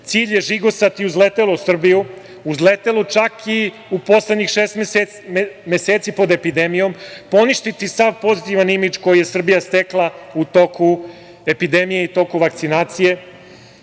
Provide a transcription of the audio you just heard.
cilj je žigosati uzletelu Srbiju, uzletelu čak i u poslednjih šest meseci pod epidemijom, poništiti sav pozitivni imidž koji je Srbija stekla u toku epidemije i toku vakcinacije,